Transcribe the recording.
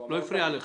לא הפריעו לך.